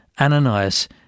Ananias